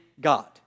God